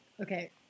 Okay